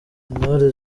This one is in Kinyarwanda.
intore